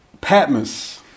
Patmos